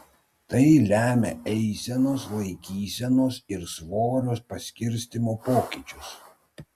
tai lemia eisenos laikysenos ir svorio paskirstymo pokyčius